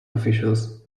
officials